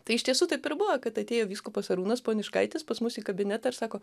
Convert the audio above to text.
tai iš tiesų taip ir buvo kad atėjo vyskupas arūnas poniškaitis pas mus į kabinetą ir sako